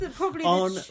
on